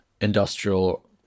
industrial